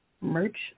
merch